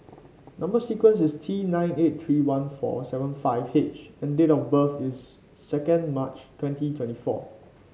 number sequence is T nine eight three one four seven five H and date of birth is second March twenty twenty four